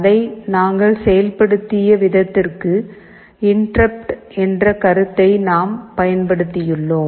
அதை நாங்கள் செயல்படுத்திய விதத்திற்கு இன்டெர்ருப்ட் என்ற கருத்தை நாம் பயன்படுத்தியுள்ளோம்